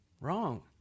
Wrong